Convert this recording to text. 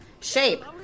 shape